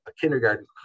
kindergarten